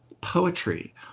poetry